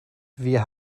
wir